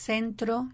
Centro